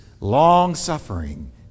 long-suffering